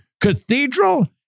cathedral